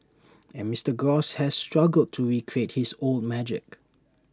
and Mister gross has struggled to recreate his old magic